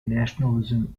nationalism